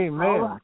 Amen